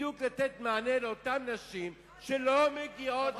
בדיוק לתת מענה לאותן נשים שלא מגיעות לסף,